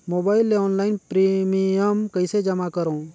Mobile ले online premium कइसे जमा करों?